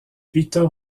victor